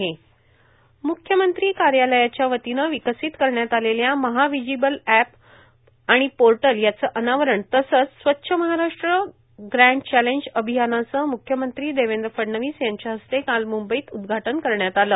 म्ख्यमंत्री कार्यालयाच्या वतीन विकसित करण्यात आलेल्या महाव्हिजिबल एप इंटर्नशाला पोर्टल यांचे अनावरण तसेच स्वच्छ महाराष्ट्र ग्रॅण्ड चँलेज अभियानाचे म्ख्यमंत्री देवेंद्र फडणवीस यांच्या हस्ते काल मुंबई उदघाटन करण्यात आले